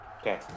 Okay